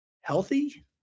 healthy